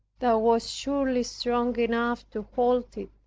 thou wast surely strong enough to hold it,